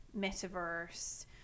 metaverse